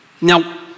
Now